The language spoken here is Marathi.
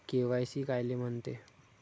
के.वाय.सी कायले म्हनते?